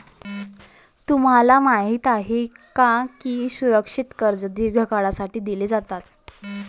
तुम्हाला माहित आहे का की सुरक्षित कर्जे दीर्घ काळासाठी दिली जातात?